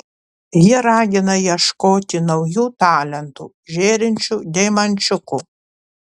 ji ragina ieškoti naujų talentų žėrinčių deimančiukų